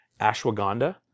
ashwagandha